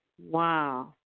Wow